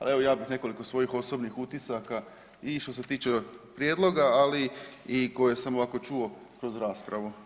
Ali evo ja bih nekoliko svojih osobnih utisaka i što se tiče prijedloga, ali i koje sam ovako čuo kroz raspravu.